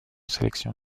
sélection